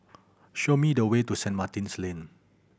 show me the way to Saint Martin's Lane